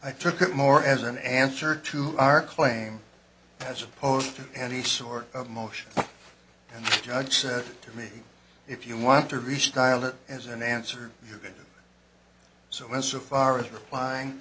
i took it more as an answer to our claim as opposed to any sort of motion and the judge said to me if you want to reach trial it as an answer so insofar as replying